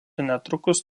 netrukus